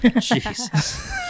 Jesus